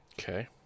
Okay